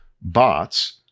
bots